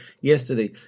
yesterday